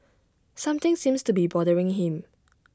something seems to be bothering him